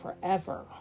forever